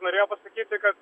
norėjau pasakyti kad